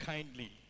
Kindly